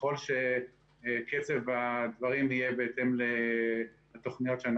ככל שקצב הדברים יהיה בהתאם לתוכניות.